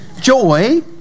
joy